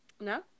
No